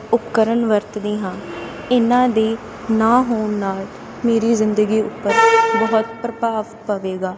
ਉਪਕਰਨ ਵਰਤਦੀ ਹਾਂ ਇਹਨਾਂ ਦੀ ਨਾ ਹੋਣ ਨਾਲ ਮੇਰੀ ਜ਼ਿੰਦਗੀ ਉਪਰ ਬਹੁਤ ਪ੍ਰਭਾਵ ਪਵੇਗਾ